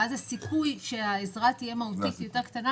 ואז הסיכוי שהעזרה תהיה מהותית היא יותר קטנה,